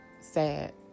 sad